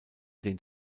den